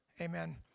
amen